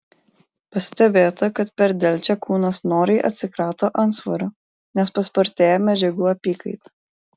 pastebėta kad per delčią kūnas noriai atsikrato antsvorio nes paspartėja medžiagų apykaita